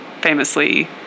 famously